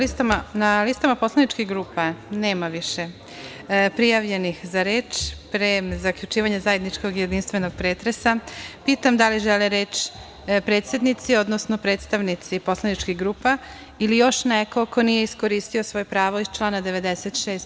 Pošto na listama poslaničkih grupa nema više prijavljenih za reč, pre zaključivanja zajedničkog i jedinstvenog pretresa, pitam da li žele reč predsednici, odnosno predstavnici poslaničkih grupa ili još neko ko nije iskoristio svoje pravo iz člana 96.